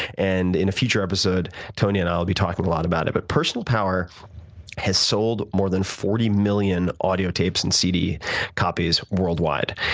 and in a future episode, tony and i will be talking a lot about it. but personal power has sold more than forty million audio tapes and cd copies worldwide.